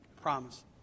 promise